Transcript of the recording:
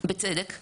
כלומר לציבור יש,